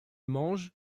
mange